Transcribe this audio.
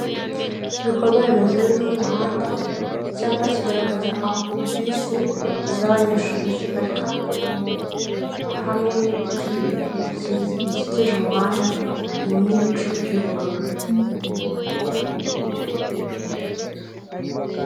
Ibikorwa remezo birimo umuhanda, icyapa kigaragaza aho bisi z'abanyeshuri ziparika, hamwe n' ibiti bikikije umuhanda, ndetse n'ibicu by'ubururu.